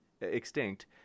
extinct